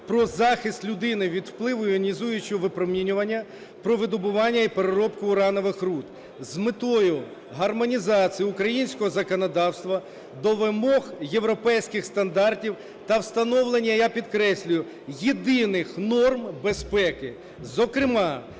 "Про захист людини від впливу іонізуючого випромінювання", "Про видобування і переробку уранових руд" - з метою гармонізації українського законодавства до вимог європейських стандартів та встановлення, я підкреслюю, єдиних норм безпеки, зокрема